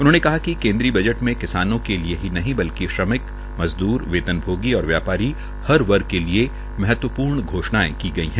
उन्होंने कहा कि केन्द्रीय बजट में किसानों के लिये ही नहीं बल्कि श्रमिक मजद्र वेतनभोगी और व्या ारी हर वर्ग के लिये महत्व ुर्ण घोषणायें की गई है